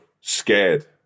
scared